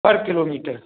per kilometre